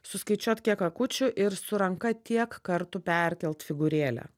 suskaičiuot kiek akučių ir su ranka tiek kartų perkelt figūrėlę